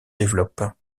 développent